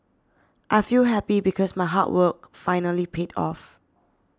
I feel happy because my hard work finally paid off